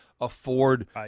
afford